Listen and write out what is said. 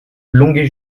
longué